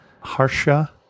Harsha